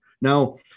Now